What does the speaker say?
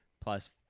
plus